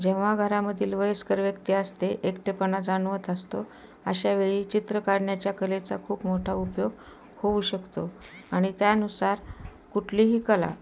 जेव्हा घरामधील वयस्कर व्यक्ती असते एकटेपणा जाणवत असतो अशावेळी चित्र काढण्याच्या कलेचा खूप मोठा उपयोग होऊ शकतो आणि त्यानुसार कुठलीही कला